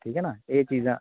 ठीक ऐ ना एह् चीज़ां